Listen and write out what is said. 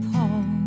Paul